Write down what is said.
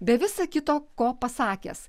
be visa kito ko pasakęs